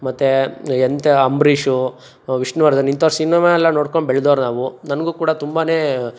ಮತ್ತು ಎಂಥ ಅಂಬರೀಷು ವಿಷ್ಣುವರ್ಧನ ಇಂಥವ್ರ ಸಿನಿಮಾ ಎಲ್ಲ ನೋಡ್ಕೊಂಡು ಬೆಳೆದವ್ರು ನಾವು ನನಗು ಕೂಡ ತುಂಬನೇ